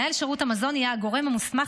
מנהל שירות המזון יהיה הגורם המוסמך